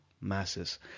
masses